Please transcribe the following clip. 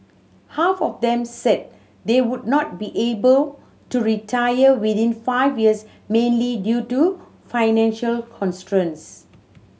half of them said they would not be able to retire within five years mainly due to financial constraints